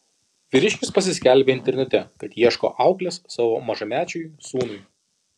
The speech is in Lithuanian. vyriškis pasiskelbė internete kad ieško auklės savo mažamečiui sūnui